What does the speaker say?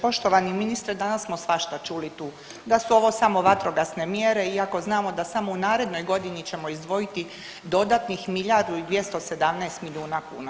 Poštovani ministre, danas smo svašta čuli tu, da su ovo samo vatrogasne mjere iako znamo da samo u narednoj godini ćemo izdvojiti dodatnih milijardu i 217 milijuna kuna.